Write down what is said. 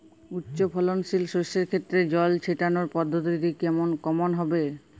উচ্চফলনশীল শস্যের ক্ষেত্রে জল ছেটানোর পদ্ধতিটি কমন হবে?